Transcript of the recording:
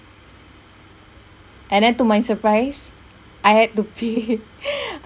and then to my surprise I had to pay